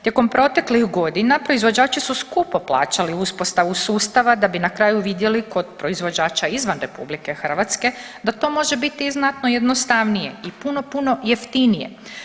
Tijekom proteklih godina proizvođači su skupo plaćali uspostavu sustava da bi na kraju vidjeli kod proizvođača izvan RH da to može biti i znatno jednostavnije i puno puno jeftinije.